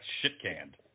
shit-canned